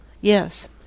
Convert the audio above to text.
Yes